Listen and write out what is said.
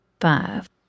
Five